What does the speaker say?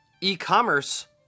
e-commerce